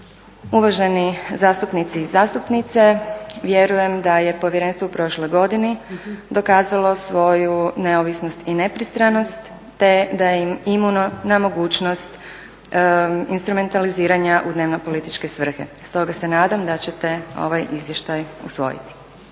Uvaženi zastupnici i zastupnice vjerujem da je Povjerenstvo u prošloj godini dokazalo svoju neovisnost i nepristranost, te da je imuno na mogućnost instrumentaliziranja u dnevno političke svrhe. Stoga se nadam da ćete ovaj izvještaj usvojiti.